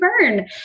burn